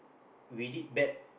we did bad